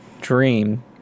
dream